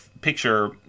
picture